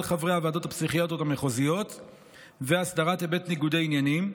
חברי הוועדות הפסיכיאטריות המחוזיות והסדרת היבט ניגודי עניינים,